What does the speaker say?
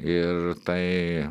ir tai